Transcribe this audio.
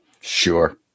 Sure